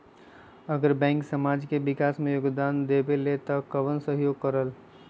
अगर बैंक समाज के विकास मे योगदान देबले त कबन सहयोग करल?